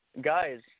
guys